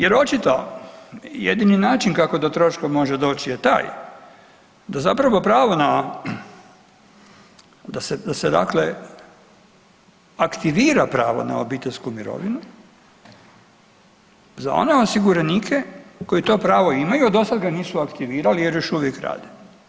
Jer očito jedini način kako do troška može doći je taj da zapravo pravo na, da se, da se dakle aktivira pravo na obiteljsku mirovinu za one osiguranike koji to pravo imaju, a dosad ga nisu aktivirali jer još uvijek rade.